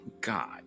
God